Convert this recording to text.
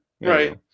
right